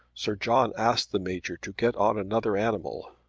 sir john asked the major to get on another animal.